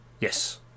Yes